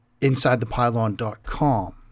InsideThePylon.com